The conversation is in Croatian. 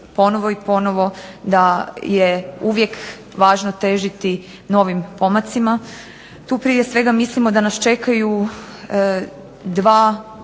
ponovo i ponovo da je uvijek važno težiti novim pomacima. Tu prije svega mislimo da nas čekaju dva